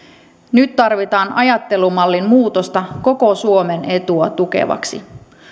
nyt tarvitaan ajattelumallin muutosta koko suomen etua tukevaksi